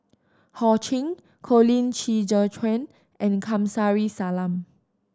Ho Ching Colin Qi Zhe Quan and Kamsari Salam